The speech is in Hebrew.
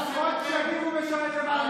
תתביישו לכם אתם.